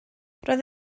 roedd